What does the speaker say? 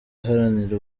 iharanira